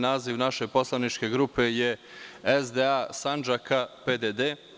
Naziv naše poslaničke grupe je SDA Sandžaka PDD.